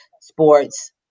sports